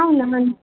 అవునా మ్యామ్